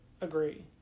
agree